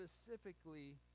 specifically